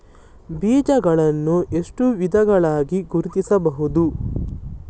ಬೀಜಗಳನ್ನು ಎಷ್ಟು ವಿಧಗಳಾಗಿ ಗುರುತಿಸಬಹುದು?